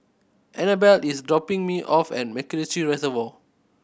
Anabel is dropping me off at MacRitchie Reservoir